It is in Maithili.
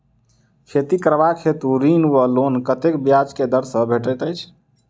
खेती करबाक हेतु ऋण वा लोन कतेक ब्याज केँ दर सँ भेटैत अछि?